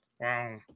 Wow